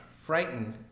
frightened